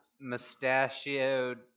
Mustachioed